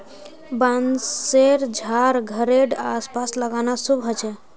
बांसशेर झाड़ घरेड आस पास लगाना शुभ ह छे